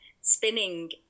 spinning